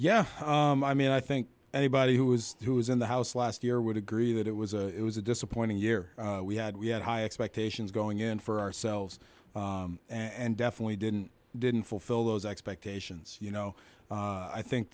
yeah i mean i think anybody who was who was in the house last year would agree that it was a it was a disappointing year we had we had high expectations going in for ourselves and definitely didn't didn't fulfill those expectations you know i think